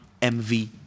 MV